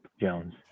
jones